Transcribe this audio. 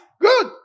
Good